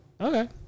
Okay